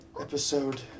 Episode